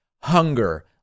hunger